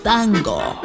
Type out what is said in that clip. Tango